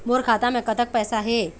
मोर खाता मे कतक पैसा हे?